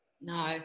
No